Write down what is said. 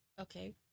Okay